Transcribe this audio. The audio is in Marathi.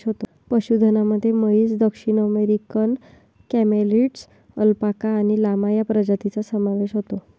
पशुधनामध्ये म्हैस, दक्षिण अमेरिकन कॅमेलिड्स, अल्पाका आणि लामा या प्रजातींचा समावेश होतो